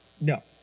No